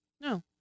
No